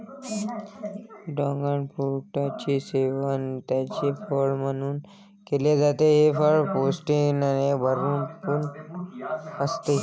dragon फ्रूटचे सेवन ताजे फळ म्हणून केले जाते, हे फळ प्रोटीनने भरपूर असते